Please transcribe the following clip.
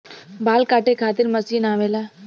बाल काटे खातिर मशीन आवेला